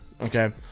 Okay